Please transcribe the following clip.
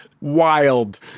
Wild